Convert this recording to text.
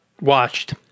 watched